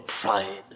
pride